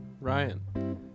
Ryan